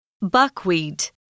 Buckwheat